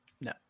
No